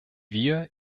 wir